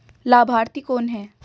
लाभार्थी कौन है?